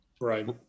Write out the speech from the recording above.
Right